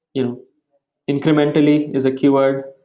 you know incrementally is a keyword,